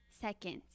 seconds